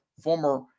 former